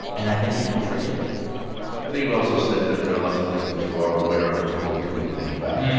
and i think people forget that i think it also said that there are lots of things that you are aware of that you don't do anything about